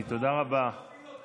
זה לא המשטרה, זה מי שמפעיל אותה.